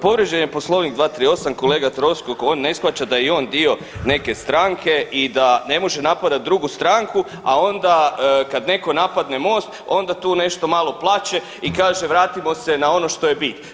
Povrijeđen je Poslovnik 238, kolega Troskot, on ne shvaća da je i on dio neke stranke i da ne može napadati drugu stranku, a onda kad netko napadne Most, onda tu nešto malo plače i kaže vratimo se na ono što je bit.